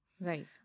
Right